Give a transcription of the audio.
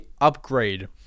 upgrade